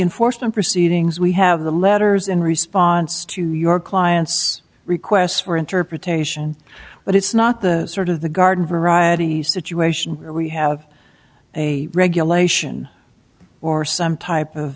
enforcement proceedings we have the letters in response to your client's requests for interpretation but it's not the sort of the garden variety situation where we have a regulation or some type of